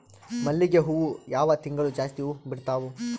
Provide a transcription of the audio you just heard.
ಮಲ್ಲಿಗಿ ಹೂವು ಯಾವ ತಿಂಗಳು ಜಾಸ್ತಿ ಹೂವು ಬಿಡ್ತಾವು?